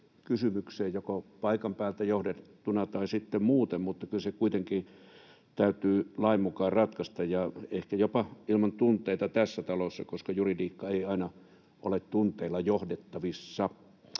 saamelaiskysymykseen joko paikan päältä johdettuna tai sitten muuten, mutta kyllä se kuitenkin täytyy lain mukaan ratkaista ja ehkä jopa ilman tunteita tässä talossa, koska juridiikka ei aina ole tunteilla johdettavissa.